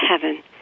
heaven